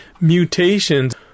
mutations